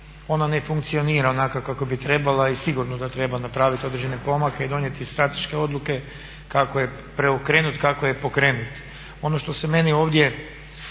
ona ne funkcionira onako kako bi trebala i sigurno da treba napraviti određene pomake i donijeti strateške odluke kako je preokrenut, kako je pokrenut. Ono što se meni ovdje,